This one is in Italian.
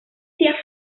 sia